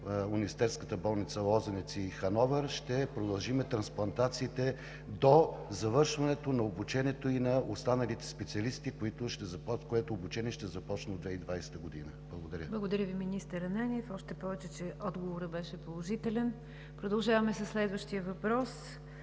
университетските болници „Лозенец“ и Хановер ще продължим трансплантациите до завършването на обучението и на останалите специалисти, което обучение ще започне през 2020 г. ПРЕДСЕДАТЕЛ НИГЯР ДЖАФЕР: Благодаря Ви, министър Ананиев, още повече че отговорът беше положителен. Продължаваме със следващия въпрос